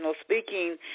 speaking